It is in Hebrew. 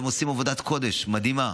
הם עושים עבודת קודש מדהימה.